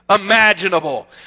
imaginable